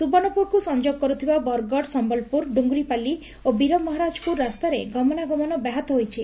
ସୁବର୍ଷ୍ପୁରକୁ ସଂଯୋଗ କରୁଥିବା ବରଗଡ଼ ସ ଡୁଙ୍ଗୁରିପାଲି ଓ ବୀରମହାରାଜପୁର ରାସ୍ତାରେ ଗମନାଗମନ ବ୍ୟାହତ ହୋଇଛି